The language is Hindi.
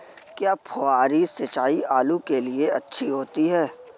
क्या फुहारी सिंचाई आलू के लिए अच्छी होती है?